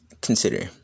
consider